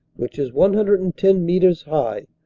which is one hundred and ten metres high,